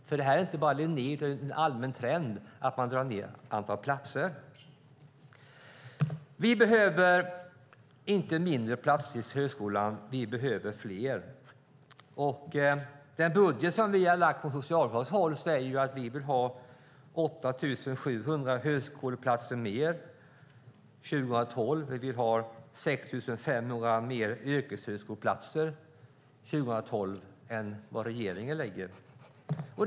För det här gäller inte bara Linnéuniversitetet, utan det är en allmän trend att man drar ned antalet platser. Vi behöver inte färre platser i högskolan. Vi behöver fler. Den budget som vi har lagt fram från socialdemokratiskt håll innebär att vi vill ha 8 700 fler högskoleplatser 2012. Vi vill ha 6 500 fler yrkeshögskoleplatser 2012 än vad regeringen lägger fram.